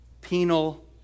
penal